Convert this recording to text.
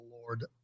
Lord